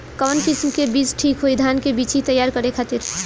कवन किस्म के बीज ठीक होई धान के बिछी तैयार करे खातिर?